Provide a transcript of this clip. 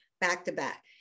back-to-back